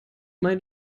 mein